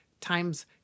times